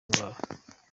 indwara